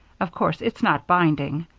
of course it's not binding.